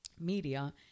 media